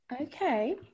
Okay